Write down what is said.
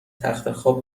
تختخواب